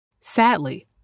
Sadly